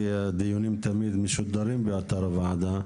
כי הדיונים תמיד משודרים באתר הוועדה.